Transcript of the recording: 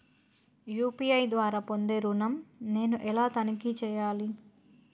UPI ద్వారా పొందే ఋణం నేను ఎలా తనిఖీ చేయాలి?